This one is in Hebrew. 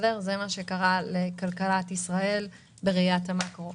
זה מה שקרה לכלכלת ישראל בראיית המקרו.